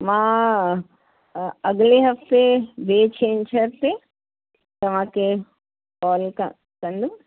मां अॻिले हफ़्ते ॿिए छंछर ते तव्हांखे कॉल क कंदमि